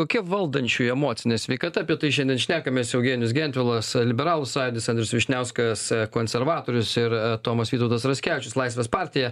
kokia valdančiųjų emocinė sveikata apie tai šiandien šnekamės eugenijus gentvilas liberalų sąjūdis andrius vyšniauskas konservatorius ir tomas vytautas raskevičius laisvės partija